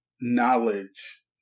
knowledge